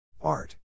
Art